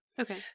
Okay